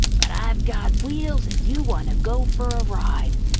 but i've got wheels and you want to go for a ride.